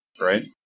right